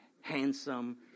handsome